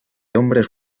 hombres